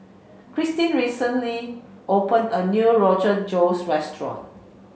Cristin recently opened a new Rogan Josh Restaurant